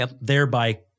thereby